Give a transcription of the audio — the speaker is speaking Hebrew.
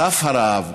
סף הרעב,